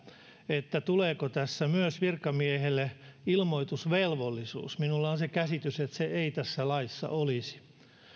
että tuleeko tässä myös virkamiehelle ilmoitusvelvollisuus minulla on se käsitys että se ei tässä laissa olisi